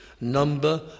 number